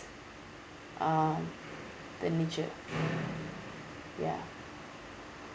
uh the nature yeah